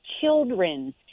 children